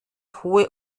hohe